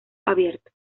abierto